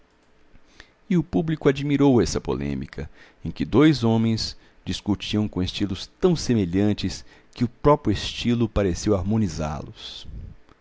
e o público admirou essa polêmica em que dois homens discutiam com estilos tão semelhantes que o próprio estilo pareceu harmonizá los o